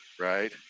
right